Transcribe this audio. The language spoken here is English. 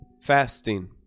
Fasting